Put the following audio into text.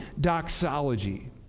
doxology